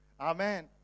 Amen